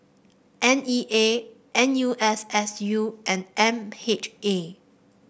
N E A N U S S U and M H A